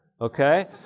Okay